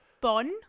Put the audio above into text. Bon